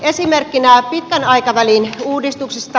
esimerkkinä pitkän aikavälin uudistuksista